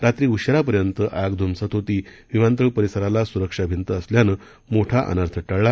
रात्री उशिरापर्यंत आग ध्मसत होती विमानतळ परिसराला स्रक्षा भिंत असल्याने मोठा अनर्थ टळला